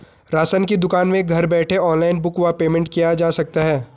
Ration की दुकान में घर बैठे ऑनलाइन बुक व पेमेंट किया जा सकता है?